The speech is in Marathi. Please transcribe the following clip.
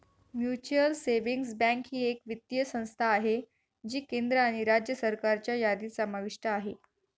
म्युच्युअल सेविंग्स बँक ही एक वित्तीय संस्था आहे जी केंद्र आणि राज्य सरकारच्या यादीत समाविष्ट आहे